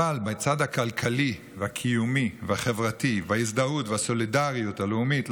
אבל בצד הכלכלי והקיומי והחברתי וההזדהות והסולידריות הלאומית,